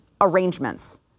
arrangements